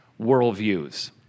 worldviews